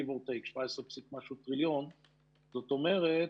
זאת אומרת,